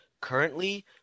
Currently